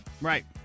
Right